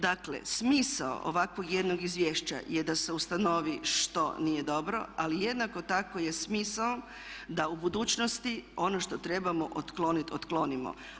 Dakle smisao ovakvog jednog izvješća je da se ustanovi što nije dobro ali jednako tako je smisao da u budućnosti ono što trebamo otkloniti otklonimo.